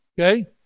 Okay